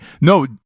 No